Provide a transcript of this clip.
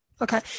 Okay